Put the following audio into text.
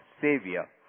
Savior